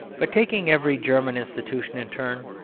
but taking every german institution in turn,